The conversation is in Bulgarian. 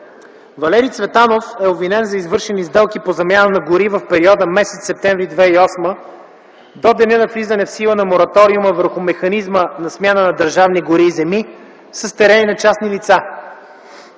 Валери Цветанов е обвинен за извършени сделки по замяна на гори в периода от м. септември 2008 г. до деня на влизане в сила на Мораториума върху механизма на смяна на държавни гори и земи с терени на частни лица.